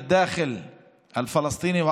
ערביות הפְּנים הפלסטיניות,